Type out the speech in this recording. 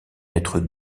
être